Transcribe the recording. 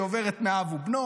שהיא עוברת מאב לבנו,